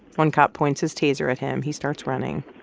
one cop points his taser at him. he starts running.